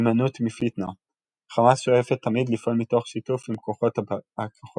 הימנעות מפתנה – חמאס שואפת תמיד לפעול מתוך שיתוף עם כוחות הפלסטיניים,